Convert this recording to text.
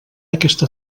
aquesta